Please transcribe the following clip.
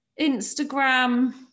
Instagram